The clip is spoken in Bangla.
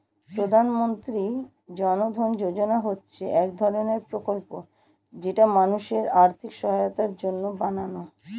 প্রধানমন্ত্রী জন ধন যোজনা হচ্ছে এক ধরণের প্রকল্প যেটি মানুষের আর্থিক সহায়তার জন্য বানানো